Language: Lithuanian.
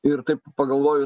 ir taip pagalvojus